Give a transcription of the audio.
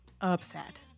upset